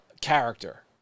character